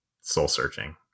soul-searching